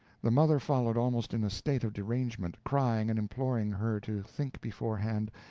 the mother followed almost in a state of derangement, crying and imploring her to think beforehand,